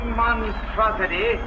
monstrosity